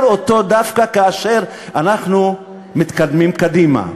אותו דווקא כאשר אנחנו מתקדמים קדימה.